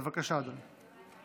בבקשה, אדוני.